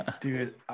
dude